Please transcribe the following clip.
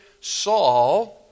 Saul